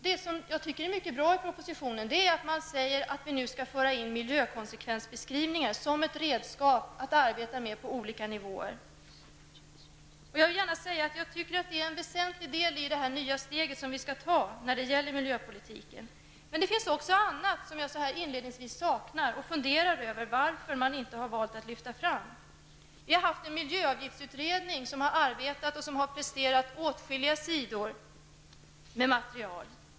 Det som jag anser är mycket bra i propositionen är att man nu säger att miljökonsekvensbeskrivningar skall införas som ett redskap att arbeta med på olika nivåer. Det är en väsentlig del i det nya steg vi skall ta inom miljöpolitiken. Men det finns också andra frågor som jag så här inledningsvis saknar, och jag funderar över varför man valt att inte lyfta fram dem. Det har funnits en miljöavgiftsutredning som har arbetat och presterat åtskilliga sidor med material.